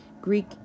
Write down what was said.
Greek